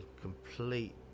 complete